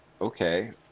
okay